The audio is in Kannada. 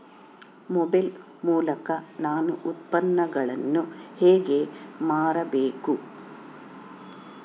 ಮೊಬೈಲ್ ಮೂಲಕ ನಾನು ಉತ್ಪನ್ನಗಳನ್ನು ಹೇಗೆ ಮಾರಬೇಕು?